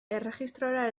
erregistrora